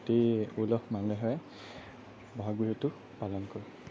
অতি উলহ মালহেৰে বহাগ বিহুটো পালন কৰে